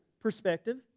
perspective